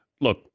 Look